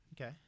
Okay